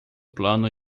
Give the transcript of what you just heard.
plano